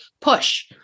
push